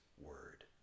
word